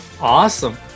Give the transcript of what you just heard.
awesome